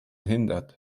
hindert